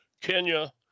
Kenya